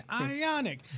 Ionic